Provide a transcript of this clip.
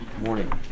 morning